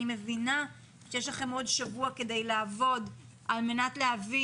אני מבינה שיש לכם עוד שבוע על מנת להביא